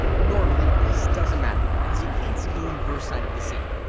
normally, this doesn't matter, as you can't see the reverse side of the seam.